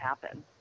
happen